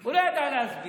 הוא לא ידע להסביר.